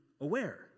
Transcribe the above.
aware